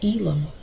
Elam